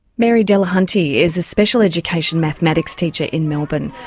mary delahunty is a special education mathematics teacher in melbourne.